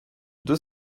deux